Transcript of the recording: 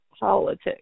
Politics